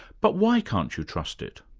but why can't you trust it?